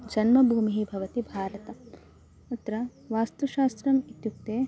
जन्मभूमिः भवति भारतम् अत्र वास्तुशास्त्रम् इत्युक्ते